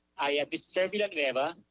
i am mr. villanueva.